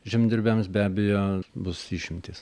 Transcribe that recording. žemdirbiams be abejo bus išimtys